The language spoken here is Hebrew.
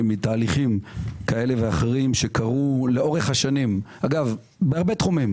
מתהליכים כאלה ואחרים שקרו לאורך השנים אגב בהרבה תחומים,